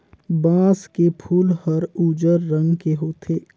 बांस के फूल हर उजर रंग के होथे